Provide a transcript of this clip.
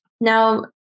Now